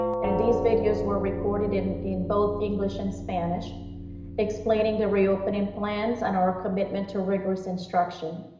and these videos were recorded in in both english and spanish explaining the reopening plans and our commitment to rigorous instruction,